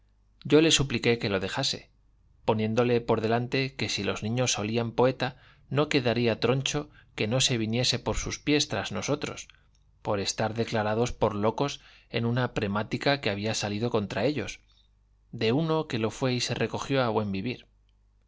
yo le supliqué que lo dejase poniéndole por delante que si los niños olían poeta no quedaría troncho que no se viniese por sus pies tras nosotros por estar declarados por locos en una premática que había salido contra ellos de uno que lo fue y se recogió a buen vivir